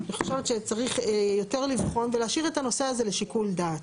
אני חושבת שצריך יותר לבחון ולהשאיר את הנושא הזה לשיקול דעת.